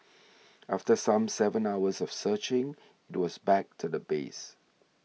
after some seven hours of searching it was back to the base